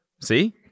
See